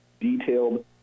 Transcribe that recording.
detailed